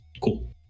cool